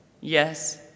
yes